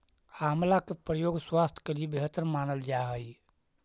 आंवला के प्रयोग स्वास्थ्य के लिए बेहतर मानल जा हइ